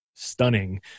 stunning